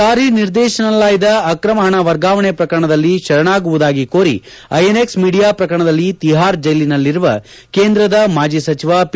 ಜಾರಿ ನಿರ್ದೇಶನಾಲಯದ ಆಕ್ರಮ ಪಣ ವರ್ಗಾವಣೆ ಪ್ರಕರಣದಲ್ಲಿ ಶರಣಾಗುವುದಾಗಿ ಕೋರಿ ಐಎನ್ಎಕ್ಸ್ ಮೀಡಿಯಾ ಪ್ರಕರಣದಲ್ಲಿ ತಿಹಾರ್ ಜೈಲಿನಲ್ಲಿರುವ ಕೇಂದ್ರದ ಮಾಜಿ ಸಚಿವ ಪಿ